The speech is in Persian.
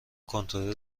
کنترل